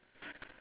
on the left